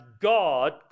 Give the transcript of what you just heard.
God